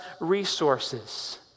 resources